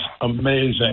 amazing